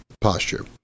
posture